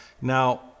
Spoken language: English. Now